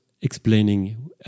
explaining